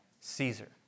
Caesar